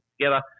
together